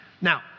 Now